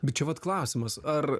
bet čia vat klausimas ar